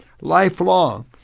Lifelong